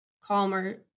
calmer